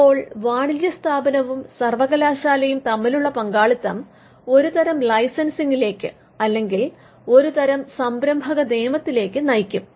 അപ്പോൾ വാണിജ്യ സ്ഥാപനവും സർവകലാശാലയും തമ്മിലുള്ള പങ്കാളിത്തം ഒരു തരം ലൈസെൻസിങ്ങിലേക്ക് അല്ലെങ്കിൽ ഒരു തരം സംരംഭകനിയമത്തിലേക്ക് നയിക്കും